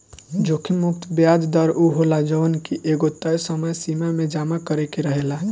जोखिम मुक्त बियाज दर उ होला जवन की एगो तय समय सीमा में जमा करे के रहेला